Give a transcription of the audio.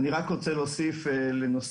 אני רק רוצה להוסיף לנושא